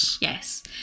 Yes